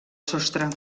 sostre